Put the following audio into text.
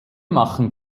machen